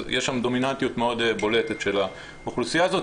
יש שם דומיננטיות מאוד בולטת של האוכלוסייה הזאת,